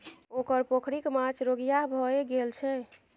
ओकर पोखरिक माछ रोगिहा भए गेल छै